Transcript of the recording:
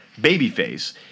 babyface